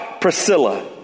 Priscilla